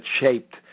shaped